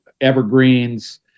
evergreens